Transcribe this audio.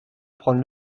prendre